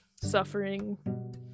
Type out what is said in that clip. suffering